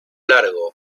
largo